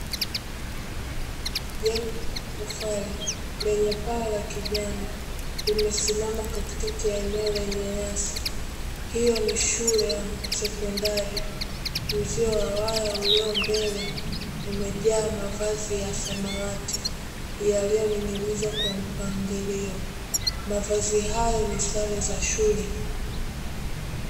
Jengo la tofari lenye paa la kijani limesimama katika eneo lenye nyasi, hiyo ni shule ya sekondari uzio wa waya ulio mbele umejaa mavazi ya samawati yaliyoning'inizwa kwa mpangilio mavazi haya ni sare za shule.